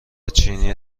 چینی